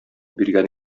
биргән